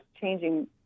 changing